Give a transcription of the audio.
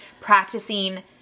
practicing